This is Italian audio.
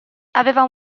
aveva